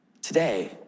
Today